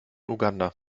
uganda